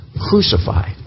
crucified